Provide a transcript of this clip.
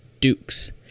dukes